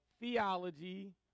theology